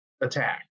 attack